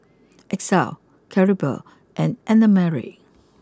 Exie Claribel and Annamarie